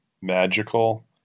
magical